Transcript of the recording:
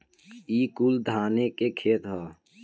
ई कुल धाने के खेत ह